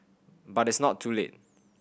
but it's not too late